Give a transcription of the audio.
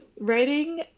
writing